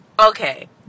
okay